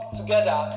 together